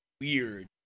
weird